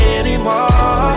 anymore